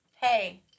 Hey